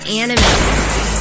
anime